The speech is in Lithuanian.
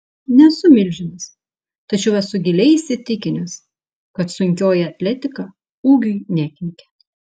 nesu milžinas tačiau esu giliai įsitikinęs kad sunkioji atletika ūgiui nekenkia